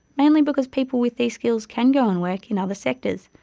mainly because people with these skills can go and work in other sectors,